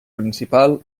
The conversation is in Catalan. principal